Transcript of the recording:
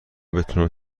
بتونم